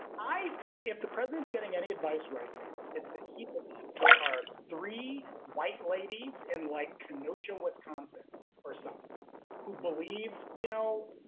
i think if the president is getting any advice right now, it's that he believes there are three white ladies in like kenosha, wisconsin or something who believe, you know,